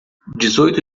dezoito